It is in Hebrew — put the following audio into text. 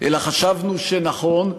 אלא חשבנו שנכון,